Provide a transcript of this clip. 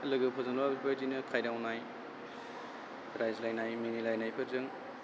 लोगोफोरजोंथ' बिफोरबायदिनो खायदावनाय रायज्लायनाय मिनिलायनायफोरजों